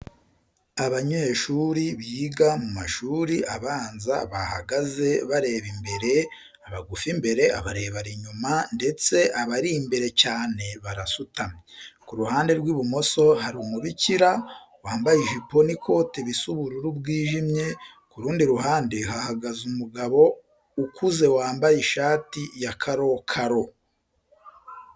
Abanyeshuri biga mu mashuri abanza bahagaze bareba imbere, abagufi imbere, abarebare inyuma ndetse abari imbere cyane barasutamye. Ku ruhande rw'ibumoso hari umubikira wambaye ijipo n'ikote bisa ubururu bwijimye, ku rundi ruhande hahagaze umugabo ukuze wambaye ishati ya karokaro.